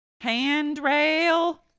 handrail